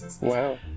Wow